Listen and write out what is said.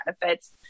benefits